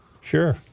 Sure